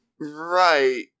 Right